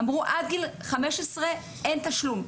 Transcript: והם אמרו שעד גיל 15 אין תשלום,